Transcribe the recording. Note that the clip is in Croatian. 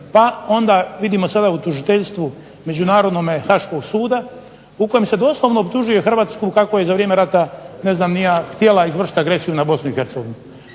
Pa onda vidimo sada u tužiteljstvu međunarodnome Haaškog suda u kojemu se doslovno optužuje HRvatsku kako je za vrijeme rata htjela izvršiti agresiju na BiH,